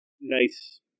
nice